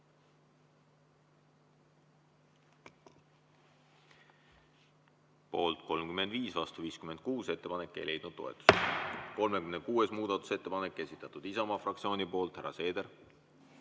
Poolt 34, vastu 57. Ettepanek ei leidnud toetust. 33. muudatusettepanek, esitatud Isamaa fraktsiooni poolt. Härra Seeder!